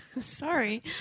Sorry